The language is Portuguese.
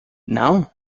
não